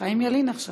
חבר